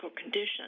condition